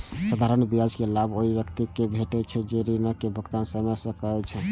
साधारण ब्याजक लाभ ओइ व्यक्ति कें भेटै छै, जे ऋणक भुगतान समय सं करै छै